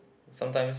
sometimes